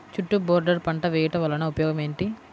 చుట్టూ బోర్డర్ పంట వేయుట వలన ఉపయోగం ఏమిటి?